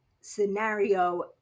scenario